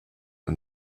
and